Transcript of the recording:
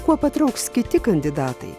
kuo patrauks kiti kandidatai